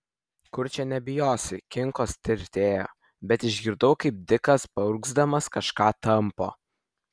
kur čia nebijosi kinkos tirtėjo bet išgirdau kaip dikas paurgzdamas kažką tampo